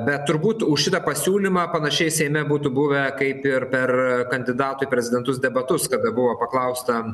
bet turbūt už šitą pasiūlymą panašiai seime būtų buvę kaip ir per kandidatų į prezidentus debatus kada buvo paklausta